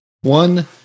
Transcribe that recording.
One